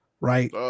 right